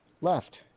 left